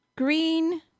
Green